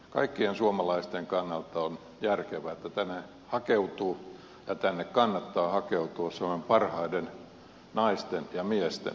kaikkien suomalaisten kannalta on järkevää että tänne hakeutuu ja tänne kannattaa hakeutua suomen parhaiden naisten ja miesten